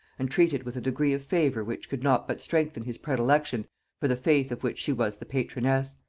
and treated with a degree of favor which could not but strengthen his predilection for the faith of which she was the patroness.